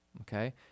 Okay